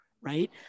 right